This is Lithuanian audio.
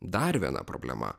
dar viena problema